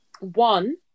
one